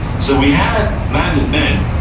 so we had landed men,